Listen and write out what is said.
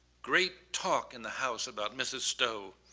great talk in the house about mrs. stow.